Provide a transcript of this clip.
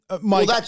Mike